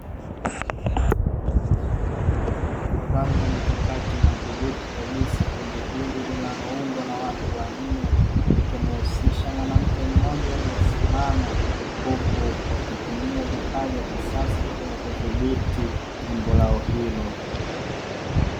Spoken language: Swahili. Kwa kupanga mikakati madhubuti kabisa, kundi hili linalo undwa na watu wanne, likimhusisha mwanamke mmoja, aliye simama. Huku wakitumia vifaa vya kisasa katika kudhibiti jambo lao hilo.